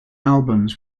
albums